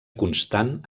constant